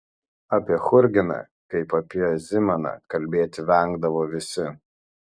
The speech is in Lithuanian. apie churginą kaip apie zimaną kalbėti vengdavo visi